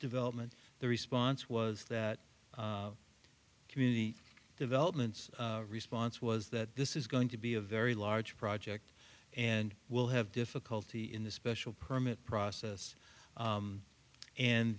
development the response was that community developments response was that this is going to be a very large project and will have difficulty in the special permit process